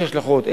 יש השלכות,